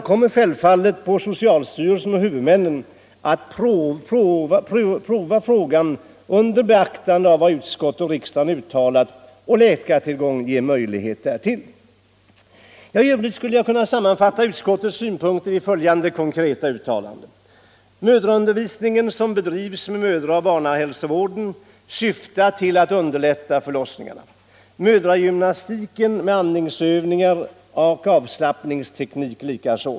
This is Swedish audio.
Socialstyrelsen och sjukvårdshuvudmännen kommer självfallet att pröva denna fråga under beaktande av vad utskottet och riksdagen uttalat och med hänsyn till läkartillgången. Jag skulle vilja sammanfatta utskottets synpunkter i följande konkreta uttalande. Mödraundervisningen inom barnaoch mödrahälsovården syftar till att underlätta förlossningarna, mödragymnastik med andningsövningar och avslappningsteknik likaså.